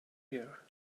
here